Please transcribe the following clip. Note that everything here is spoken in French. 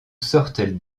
sortent